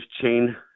chain